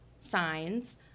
signs